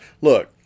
Look